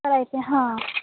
करायची आहे हा